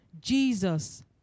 Jesus